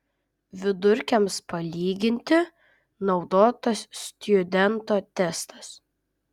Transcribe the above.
vidurkiams palyginti naudotas stjudento testas